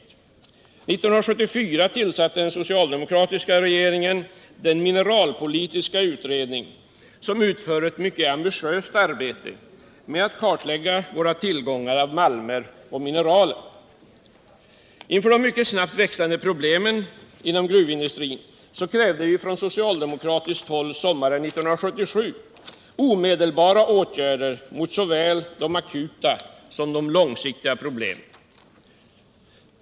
År 1974 tillsatte den socialdemokratiska regeringen den mineralpolitiska utredningen som utför ett ambitiöst arbete i syfte att klarlägga våra tillgångar på malmer och mineraler. Inför de mycket snabbt växande problemen inom gruvindustrin krävde vi från socialdemokratiskt håll sommaren 1977 omedelbara åtgärder för att komma till rätta med både de akuta och de långsiktiga problemen.